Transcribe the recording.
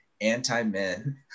anti-men